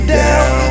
down